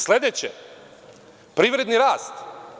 Sledeće - privredni rast.